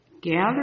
Gather